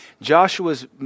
Joshua's